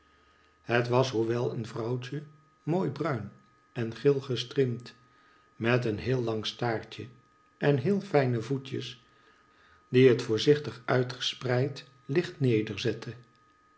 het was hoewel een vrouwtje mooi bruin en geel gestriemd met een heel lang staartje en heel fijne voetjes die het voorzichtig uitgespreid lucht nederzette